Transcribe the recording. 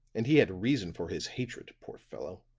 and he had reason for his hatred, poor fellow.